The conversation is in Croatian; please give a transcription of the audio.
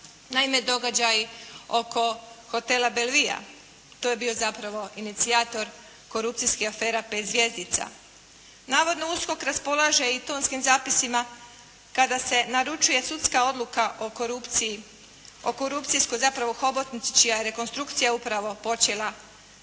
naime događaj oko hotela "Bevia" to je bio zapravo inicijator korupcijske afera 5 zvjezdica. Navodno USKOK raspolaže i tonskim zapisima kada se naručuje sudska odluka o korupciji, o korupcijskoj zapravo hobotnici čija je rekonstrukcija upravo počela prijavom